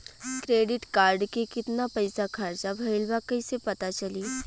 Credit card के कितना पइसा खर्चा भईल बा कैसे पता चली?